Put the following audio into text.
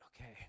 Okay